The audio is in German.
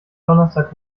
donnerstag